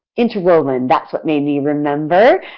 interwoven, that's what made me remember.